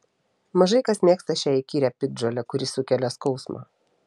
mažai kas mėgsta šią įkyrią piktžolę kuri sukelia skausmą